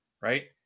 right